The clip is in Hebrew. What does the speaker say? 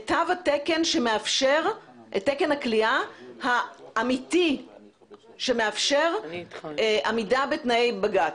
את תקן הכליאה האמיתי שמאפשר עמידה בתנאי בג"ץ.